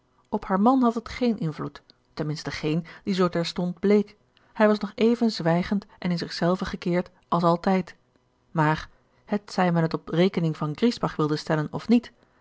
op haar man had het geen invloed ten minste geen die zoo terstond bleek hij was nog even zwijgend en in zich zelven gekeerd als altijd maar hetzij men het op rekening van griesbach wilde stellen of niet